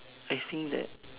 I think that